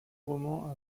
roman